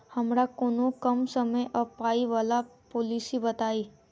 हमरा कोनो कम समय आ पाई वला पोलिसी बताई?